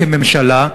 כממשלה,